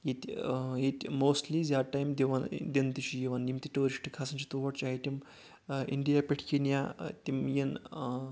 ییٚتہِ ییٚتہِ موسٹلی زیادٕ ٹایِم دِنہٕ تہِ چھ یوان یم تہِ ٹورسٹ کھسان چھِ تور چاہے تِم انڈیا پٮ۪ٹھ یِن یا تِم یِن